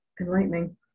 enlightening